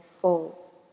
fall